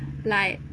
like